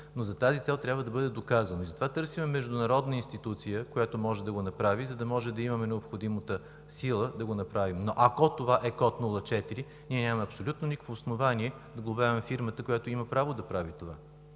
За тази цел това трябва да бъде доказано, затова търсим международна институция, която може да го направи, за да имаме необходимата сила да го извършим. Ако това е с този код, завършваш на 04, ние нямаме абсолютно никакво основание да глобяваме фирмата, която има право да прави това.